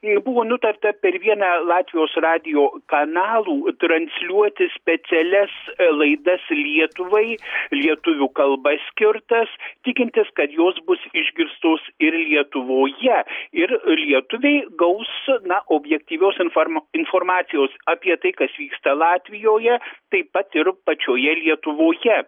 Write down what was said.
ir buvo nutarta per vieną latvijos radijo kanalų transliuoti specialias laidas lietuvai lietuvių kalba skirtas tikintis kad jos bus išgirstos ir lietuvoje ir lietuviai gaus na objektyvios informa informacijos apie tai kas vyksta latvijoje taip pat ir pačioje lietuvoje